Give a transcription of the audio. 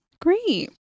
great